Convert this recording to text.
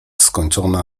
skończona